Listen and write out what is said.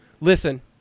Listen